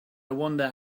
wonder